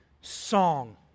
song